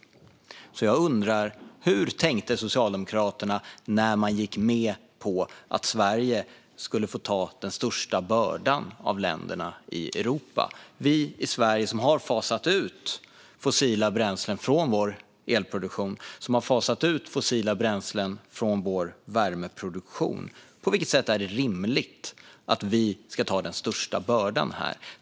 Jag undrar därför hur Socialdemokraterna tänkte när man gick med på att Sverige skulle få bära den största bördan av länderna i Europa. Vi i Sverige har fasat ut fossila bränslen från vår elproduktion och från vår värmeproduktion - på vilket sätt är det rimligt att vi ska bära den största bördan?